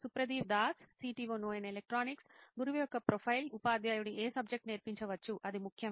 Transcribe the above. సుప్రతీవ్ Das CTO నోయిన్ electronics గురువు యొక్క ప్రొఫైల్ ఉపాధ్యాయుడు ఏ సబ్జెక్ట్ నేర్పించవచ్చు అది ముఖ్యమా